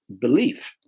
belief